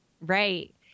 Right